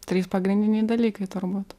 trys pagrindiniai dalykai turbūt